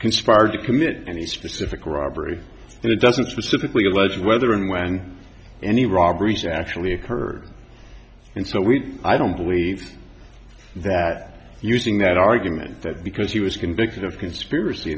conspired to commit any specific robbery and it doesn't specifically allege whether and when any robberies actually occurred and so we i don't believe that using that argument that because he was convicted of conspiracy